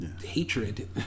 hatred